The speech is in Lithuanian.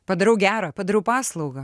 padarau gera padariau paslaugą